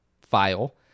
file